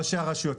ראשי הרשויות.